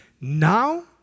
now